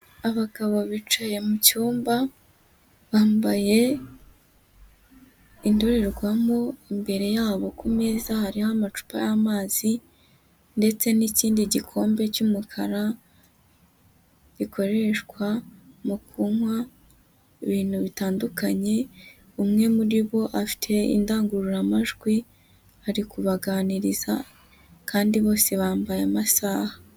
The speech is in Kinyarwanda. Abagabo bicaye mu cyumba bambaye indorerwamo, imbere yabo ku meza hariho amacupa y'amazi ndetse n'ikindi gikombe cy'umukara gikoreshwa mu kunywa ibintu bitandukanye, umwe muri bo afite indangururamajwi, ari kubaganiriza kandi bose bambaye amasaha.